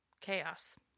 chaos